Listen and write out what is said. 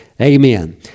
Amen